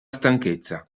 stanchezza